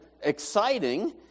exciting